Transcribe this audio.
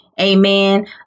Amen